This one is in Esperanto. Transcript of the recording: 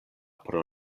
pro